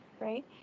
right